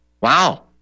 Wow